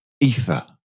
ether